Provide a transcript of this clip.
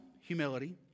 humility